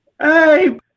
Hey